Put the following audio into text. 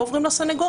לא עוברים לסנגורים.